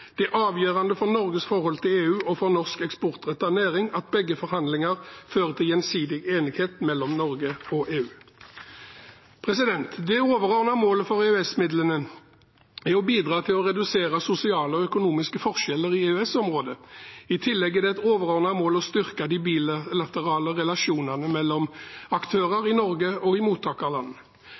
Det er avgjørende for Norges forhold til EU og for norsk eksportrettet næring at begge forhandlinger fører til gjensidig enighet mellom Norge og EU. Det overordnede målet med EØS-midlene er å bidra til å redusere sosiale og økonomiske forskjeller i EØS-området. I tillegg er det et overordnet mål å styrke de bilaterale relasjonene mellom aktører i Norge og i